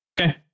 Okay